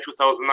2009